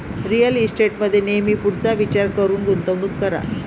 real इस्टेटमध्ये नेहमी पुढचा विचार करून गुंतवणूक करा